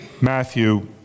Matthew